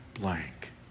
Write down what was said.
blank